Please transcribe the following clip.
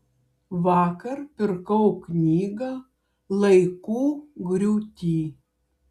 vakar pirkau knygą laikų griūty